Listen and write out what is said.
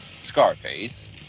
scarface